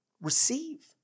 Receive